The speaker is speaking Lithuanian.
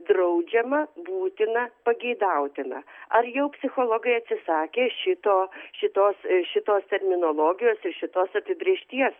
draudžiama būtina pageidautina ar jau psichologai atsisakė šito šitos šitos terminologijos ir šitos apibrėžties